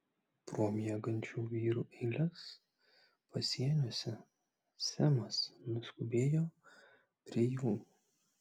pro miegančių vyrų eiles pasieniuose semas nuskubėjo prie jų